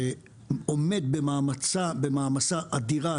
שעומד במעמסה אדירה,